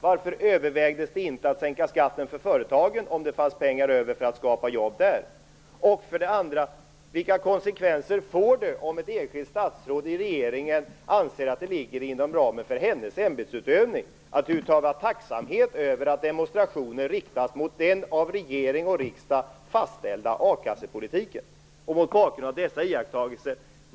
Varför övervägdes det inte att sänka skatten för företagen om det fanns pengar över för att skapa jobb där? Vilka konsekvenser får det om ett enskilt statsråd i regeringen anser att det ligger inom ramen för hennes ämbetsutövning att uttala tacksamhet över att demonstrationer riktas mot den av regering och riksdag fastställda a-kassepolitiken?